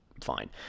fine